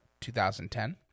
2010